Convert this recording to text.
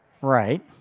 Right